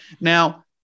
Now